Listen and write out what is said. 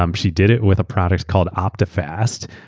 um she did it with a product called optifast,